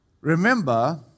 Remember